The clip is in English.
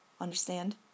understand